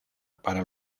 para